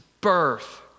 birth